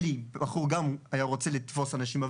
אלי גם היה רוצה לתפוס אנשים,